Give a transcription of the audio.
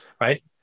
right